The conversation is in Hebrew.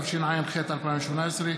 התשע"ח 2018,